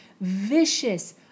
vicious